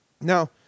Now